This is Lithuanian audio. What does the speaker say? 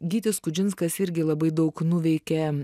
gytis skudžinskas irgi labai daug nuveikė